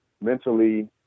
mentally